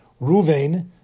Ruvain